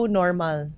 normal